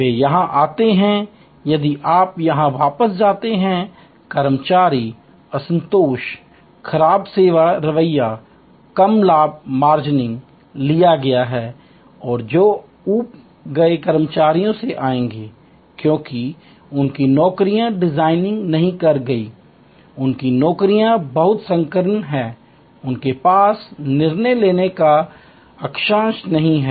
वे यहां आते हैं यदि आप यहां वापस जाते हैं कर्मचारी असंतोष खराब सेवा रवैयेसे कम लाभ मार्जिन लिया गया हैऔर जो ऊब गए कर्मचारियों से आएंगे क्योंकि उनकी नौकरियां डिजाइन नहीं की गई हैं उनकी नौकरियां बहुत संकीर्ण हैं उनके पास निर्णय लेने का अक्षांश नहीं है